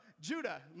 Judah